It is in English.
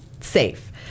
safe